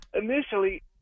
Initially